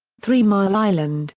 three mile island